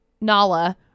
Nala